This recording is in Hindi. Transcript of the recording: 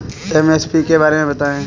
एम.एस.पी के बारे में बतायें?